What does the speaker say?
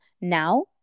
Now